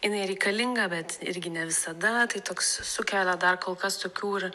jinai reikalinga bet irgi ne visada tai toks sukelia dar kol kas tokių ir